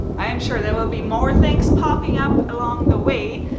i am sure there will be more things popping up along the way,